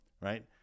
right